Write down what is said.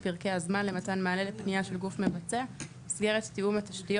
פרקי הזמן למתן מענה פנייה של גוף מבצע במסגרת תיאום התשתיות.